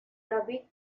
david